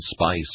spice